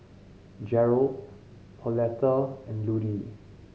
Jerrold Pauletta and Ludie